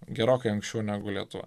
gerokai anksčiau negu lietuva